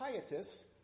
pietists